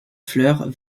fleurs